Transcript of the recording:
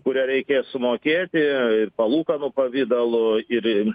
kurią reikės sumokėti ir palūkanų pavidalu ir